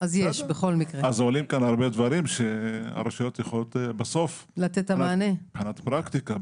עולים כאן הרבה דברים שהרשויות יכולות בסוף לתת את המענה מבחינה פרקטית.